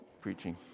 preaching